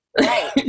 Right